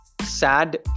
sad